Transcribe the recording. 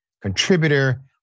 contributor